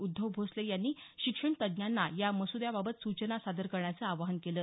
उद्धव भोसले यांनी शिक्षण तज्ज्ञांना या मसुद्याबाबत सूचना सादर करण्याचं आवाहन केलं